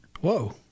Whoa